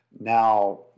Now